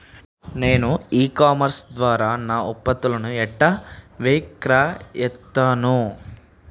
నేను e commerce ద్వారా నా ఉత్పత్తులను ఎట్లా విక్రయిత్తను?